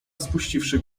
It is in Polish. spuściwszy